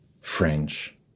French